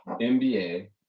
NBA